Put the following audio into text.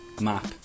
map